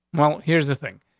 well, here's the thing.